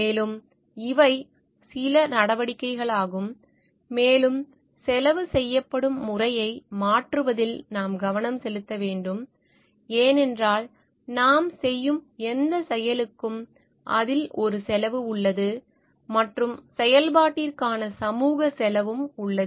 மேலும் இவை சில நடவடிக்கைகளாகும் மேலும் செலவு செய்யப்படும் முறையை மாற்றுவதில் நாம் கவனம் செலுத்த வேண்டும் ஏனென்றால் நாம் செய்யும் எந்தச் செயலுக்கும் அதில் ஒரு செலவு உள்ளது மற்றும் செயல்பாட்டிற்கான சமூக செலவு உள்ளது